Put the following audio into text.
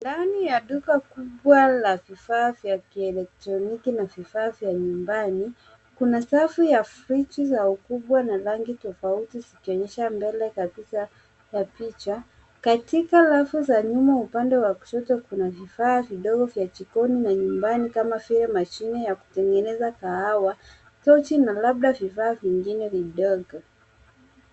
Ndani ya duka kubwa la vifaa vya kielektroniki na vifaa vya nyumbani. Kuna safu ya friji za ukubwa na rangi tofauti zikionyesha mbele katika ya picha. Katika rafu za nyuma upande wa kushoto kuna vifaa vidogo vya jikoni na nyumbani kama vile mashine ya kutengeneza kahawa, tochi na labda vifaa vingine vidogo.